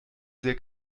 sehr